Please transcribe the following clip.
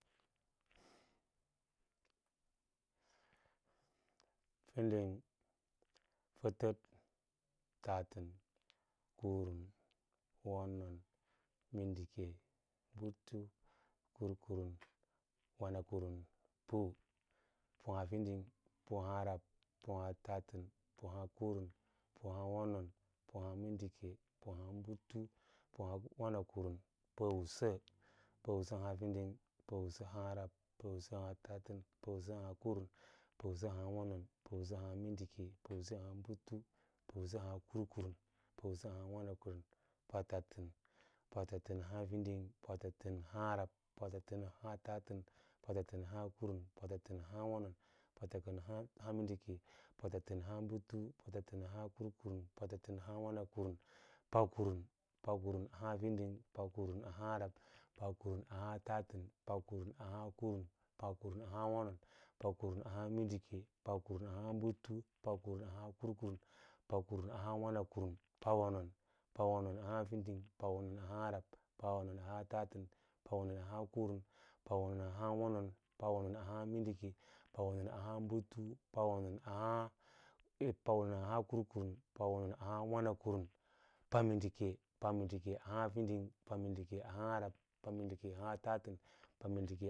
Fadan-fatat, tatan kurun wonou mindike butu karkurun wana kunu pu, pu aha fin ph a hair ab pu ahai tatan pu ahas kurm u a hai woro pu a has fi minda pu a has butu pu ahas kurukun pu ahas wanakum pawpasa punass pu nahas wan akum aharab puwsa a haanata, puwasa ahas kum puwasa ahaa wono puwsa aha mindike puwwasa ahas butu puwasa ahaas kurkum puwasa ahas fui, rab patatan ahastatan patatan ahas kuron patatan ahas wonon patatan ahas mindike patatan ahas butu patatan ahas kurkunun patatan ahaswanakurum, pakarur akaran ahasfin pakurayahsa raba pakaru mahas tatan, pakurun ahas karin pakurun ahaswonon, pakurun ahasbutu v karkurin pakurun ahas wanakurm pawonon, pawonon ahas fir, pawonon ahas rab, v patan pawonon ahas kurun, pawonon ahas wonon, pawonon ahas nrimdihe pawonon ahas butun v kurukum pawanonon ahas wana kurm pa mindike damnke ahas fir, pamindike arah rab pamindike ahas tatan pamindike